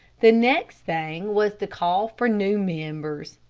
the next thing was to call for new members.